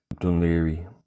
Dunleary